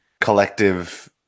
collective